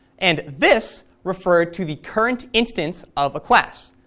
and this referred to the current instance of a class.